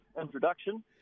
introduction